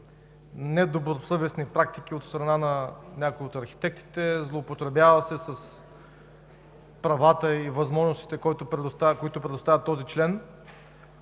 недобросъвестни практики от страна на някои от архитектите, злоупотребява се с правата и възможностите, които предоставя този член.